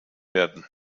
werden